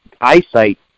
eyesight